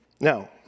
Now